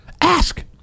ask